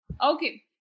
Okay